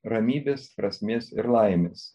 ramybės prasmės ir laimės